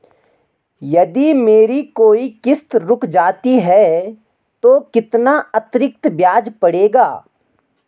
यदि मेरी कोई किश्त रुक जाती है तो कितना अतरिक्त ब्याज पड़ेगा?